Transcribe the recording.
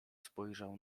spojrzał